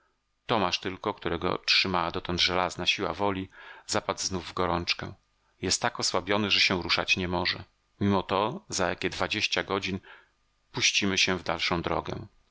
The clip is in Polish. tomasz tylko którego trzymała dotąd żelazna siła woli zapadł znów w gorączkę jest tak osłabiony że się ruszać nie może mimo to za jakie dwadzieścia godzin puścimy się w dalszą drogę